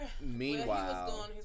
Meanwhile